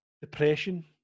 depression